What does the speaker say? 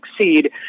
succeed